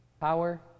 Power